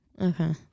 Okay